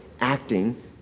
acting